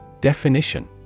Definition